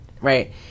right